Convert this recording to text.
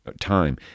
time